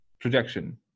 projection